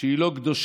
שהיא לא קדוֹשה,